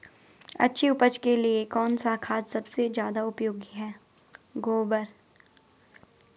अच्छी उपज के लिए कौन सा खाद सबसे ज़्यादा उपयोगी है?